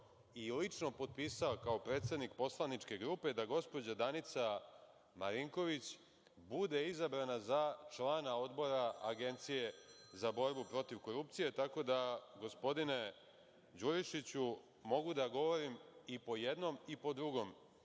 i lično potpisao kao predsednik poslaničke grupe da gospođa Danica Marinković bude izabrana za člana Odbora Agencije za borbu protiv korupcije, tako da, gospodine Đurišiću, mogu da govorim i po jednom i po drugom